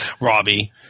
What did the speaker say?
Robbie